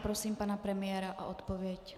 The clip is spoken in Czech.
Prosím pana premiéra o odpověď.